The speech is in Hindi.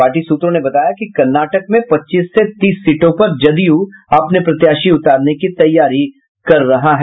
पार्टी सूत्रों ने बताया कि कर्नाटक में पच्चीस से तीस सीटों पर जद्य अपने प्रत्याशी उतारने की तैयारी कर रही है